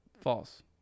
False